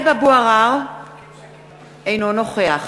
(קוראת בשמות חברי הכנסת) טלב אבו עראר, אינו נוכח